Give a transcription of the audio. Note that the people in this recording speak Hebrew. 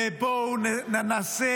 ל"בואו נעשה